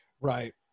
Right